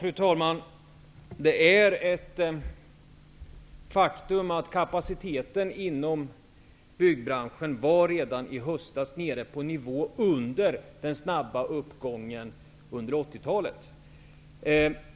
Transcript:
Fru talman! Det är ett faktum att kapaciteten inom byggbranschen redan i höstas var nere på en nivå under den som föregick den snabba upp gången under 80-talet.